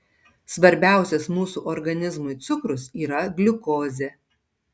svarbiausias mūsų organizmui cukrus yra gliukozė